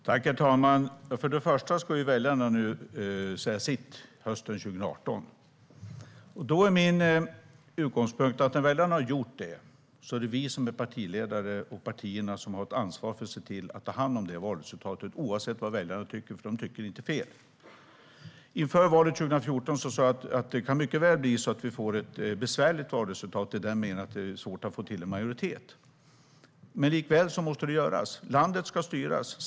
Herr talman! Först och främst ska väljarna säga sitt hösten 2018. Min utgångspunkt är: När väljarna har gjort det har vi som är partiledare och partierna ett ansvar för att se till att ta hand om det valresultatet, oavsett vad väljarna tycker, för de tycker inte fel. Inför valet 2014 sa jag: Det kan mycket väl bli så att vi får ett besvärligt valresultat i den meningen att det blir svårt att få till en majoritet. Men detta måste likväl göras. Landet ska styras.